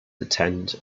attend